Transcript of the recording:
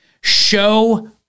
Show